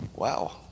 Wow